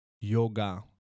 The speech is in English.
yoga